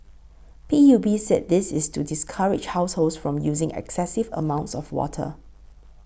P U B said this is to discourage households from using excessive amounts of water